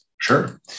Sure